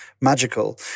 magical